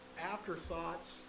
afterthoughts